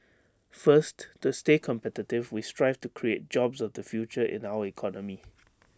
first to stay competitive we strive to create jobs of the future in our economy